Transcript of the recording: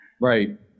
Right